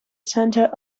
centre